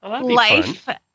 life